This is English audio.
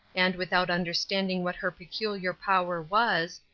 and, without understanding what her peculiar power was,